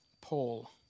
Paul